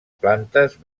plantes